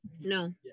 No